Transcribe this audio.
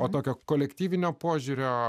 o tokio kolektyvinio požiūrio